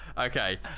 okay